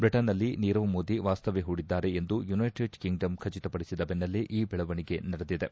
Britain ನಲ್ಲಿ ನೀರವ್ ಮೋದಿ ವಾಸ್ತವ್ಯ ಹೂಡಿದ್ದಾರೆ ಎಂದು ಯುನೈಟೆಡ್ ಕಿಂಗ್ ಡಮ್ ಖಚಿತಪಡಿಸಿದ ದೆನ್ನಲ್ಲೆ ಈ ಬೆಳವಣಿಗೆ ನಡೆದಿದೆ